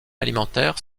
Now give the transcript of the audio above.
alimentaire